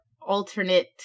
alternate